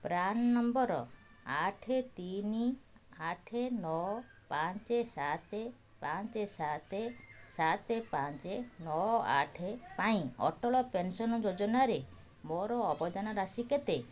PRAN number ଆଠ ତିନି ଆଠ ନଅ ପାଞ୍ଚ ସାତ ପାଞ୍ଚ ସାତ ସାତ ପାଞ୍ଚ ନଅ ଆଠ ପାଇଁ ଅଟଳ ପେନ୍ସନ୍ ଯୋଜନାରେ ମୋର ଅବଦାନ ରାଶି କେତେ